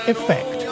Effect